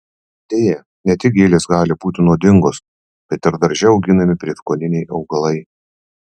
deja ne tik gėlės gali būti nuodingos bet ir darže auginami prieskoniniai augalai